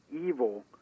evil